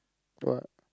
what